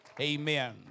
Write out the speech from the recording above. amen